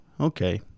Okay